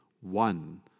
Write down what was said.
one